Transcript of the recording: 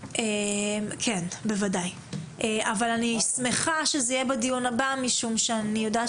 אני שמחה שזה יהיה בדיון הבא כי אני יודעת